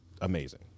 amazing